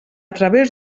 través